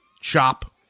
chop